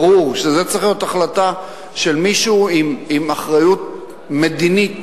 ברור שזו צריכה להיות החלטה של מישהו עם אחריות מדינית,